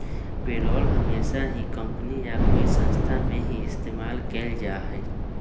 payroll हमेशा ही company या कोई संस्था में ही इस्तेमाल कइल जाहई